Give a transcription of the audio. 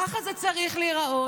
ככה זה צריך להיראות,